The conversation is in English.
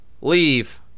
leave